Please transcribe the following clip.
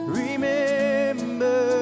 remember